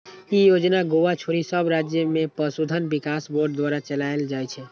ई योजना गोवा छोड़ि सब राज्य मे पशुधन विकास बोर्ड द्वारा चलाएल जाइ छै